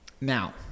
Now